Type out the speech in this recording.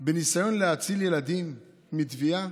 בניסיון להציל ילדים מטביעה,